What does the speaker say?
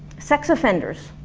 sex offenders